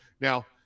Now